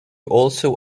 also